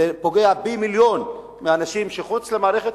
זה פוגע פי-מיליון מאשר אנשים מחוץ למערכת,